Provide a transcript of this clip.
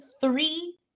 three